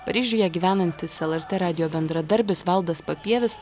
paryžiuje gyvenantis lrt radijo bendradarbis valdas papievis